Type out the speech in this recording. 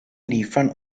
liefern